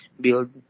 build